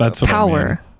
power